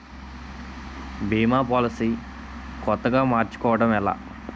భీమా policy కొత్తగా మార్చుకోవడం ఎలా?